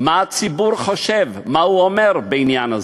מה הציבור חושב, מה הוא אומר בעניין הזה.